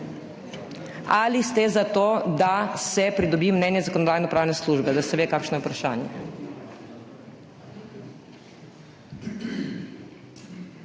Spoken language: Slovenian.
ali ste za to, da se pridobi mnenje Zakonodajno-pravne službe. Da se ve, kakšno je vprašanje.